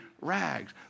rags